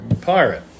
Pirate